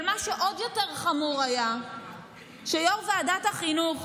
אבל מה שעוד יותר חמור היה שיו"ר ועדת החינוך,